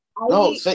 No